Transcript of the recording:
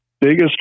biggest